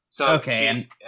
Okay